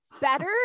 better